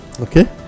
okay